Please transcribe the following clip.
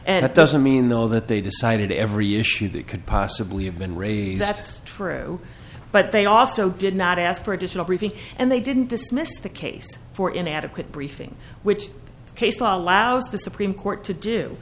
and it doesn't mean though that they decided every issue that could possibly have been raised that's true but they also did not ask for additional briefing and they didn't dismiss the case for inadequate briefing which case law allows the supreme court to do